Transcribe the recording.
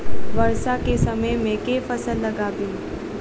वर्षा केँ समय मे केँ फसल लगाबी?